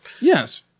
Yes